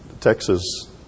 Texas